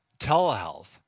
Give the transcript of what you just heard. telehealth